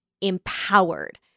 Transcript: empowered